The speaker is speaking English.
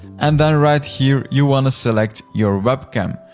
and then right here, you wanna select your webcam.